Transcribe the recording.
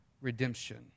redemption